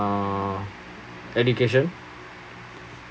uh education